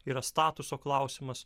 yra statuso klausimas